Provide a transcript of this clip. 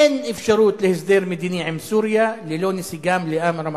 אין אפשרות להסדר מדיני עם סוריה ללא נסיגה מלאה מרמת-הגולן.